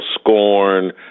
scorn